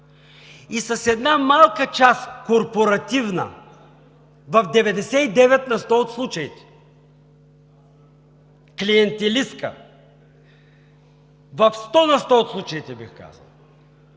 и с една малка част – корпоративна в 99 на сто от случаите, клиентелистка в 100 на сто от случаите, бих казал,